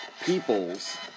peoples